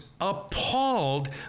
appalled